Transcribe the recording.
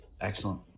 Excellent